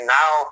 now